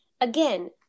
again